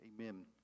Amen